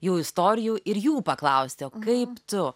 jų istorijų ir jų paklausti o kaip tu